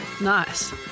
Nice